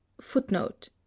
footnote